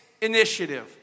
initiative